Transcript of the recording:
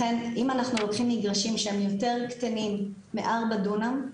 לכן אם אנחנו לוקחים מגרשים שהם יותר קטנים מ-4 דונם,